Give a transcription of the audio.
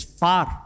far